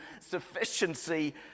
sufficiency